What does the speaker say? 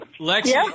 Lexi